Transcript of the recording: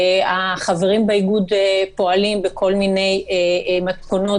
החברים באיגוד פועלים בכל מיני מתכונות